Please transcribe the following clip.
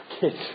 kids